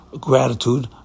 gratitude